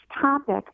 topic